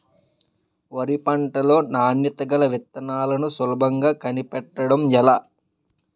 వరి పంట లో నాణ్యత గల విత్తనాలను సులభంగా కనిపెట్టడం ఎలా?